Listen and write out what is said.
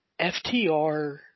FTR